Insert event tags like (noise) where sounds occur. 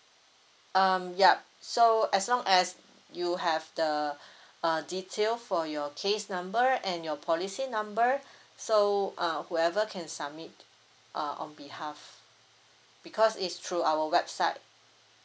um yup so as long as you have the (breath) uh detail for your case number and your policy number so uh whoever can submit uh on behalf because it's through our website